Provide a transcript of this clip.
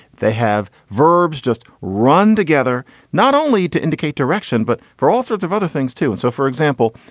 they have verbs just run together not only to indicate direction, but for all sorts of other things, too. and so, for example,